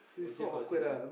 would you consider